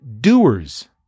doers